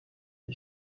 est